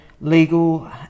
legal